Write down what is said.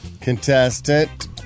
contestant